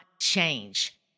change